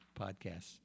podcasts